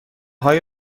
های